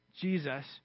Jesus